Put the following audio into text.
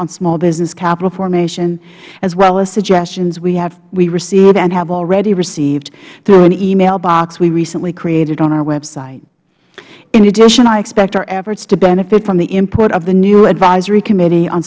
on small business capital formation and as well as suggestions we receive and have already received through an email box we recently created on our web site in addition i expect our efforts to benefit from the input of the new advisory committee on